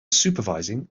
supervising